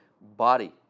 body